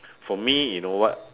for me you know [what]